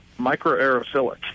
microaerophilic